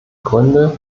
gründe